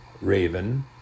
raven